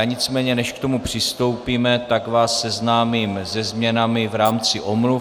Nicméně než k tomu přistoupíme, tak vás seznámím se změnami v rámci omluv.